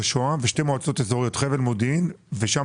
ושתי מועצות אזוריות חבל מודיעין ושם